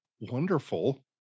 wonderful